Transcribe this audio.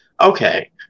okay